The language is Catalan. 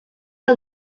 que